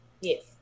Yes